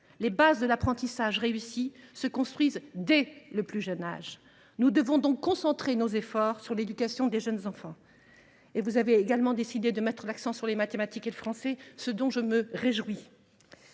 les bases de l’apprentissage réussi se construisent dès le plus jeune âge. Nous devons donc concentrer nos efforts sur l’éducation des jeunes enfants. » Vous avez également décidé d’insister sur les mathématiques et sur le français, je m’en réjouis.